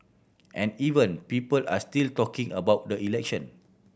and even people are still talking about the election